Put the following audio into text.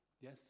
Yes